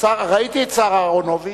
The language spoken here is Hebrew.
ראיתי את השר אהרונוביץ.